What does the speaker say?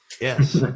yes